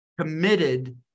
committed